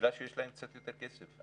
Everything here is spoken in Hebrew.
בגלל שיש להם קצת יותר כסף.